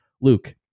Luke